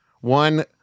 One